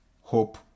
hope